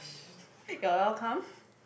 you're welcome